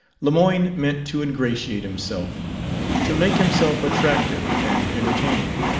lemoyne meant to ingratiate himself to make himself attractive and entertaining.